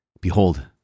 Behold